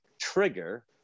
trigger